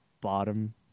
bottom